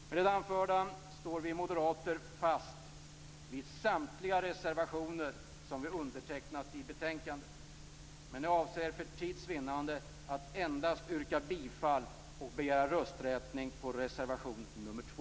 Med det anförda står vi moderater fast vid samtliga reservationer vi fogat till betänkandet. Vi avser för tids vinnande att endast yrka bifall till och begära rösträkning på reservation nr 2.